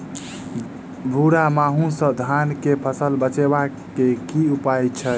भूरा माहू सँ धान कऽ फसल बचाबै कऽ की उपाय छै?